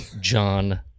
John